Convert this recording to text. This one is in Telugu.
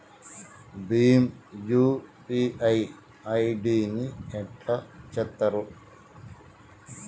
భీమ్ యూ.పీ.ఐ ఐ.డి ని ఎట్లా చేత్తరు?